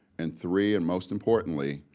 and three, and most importantly,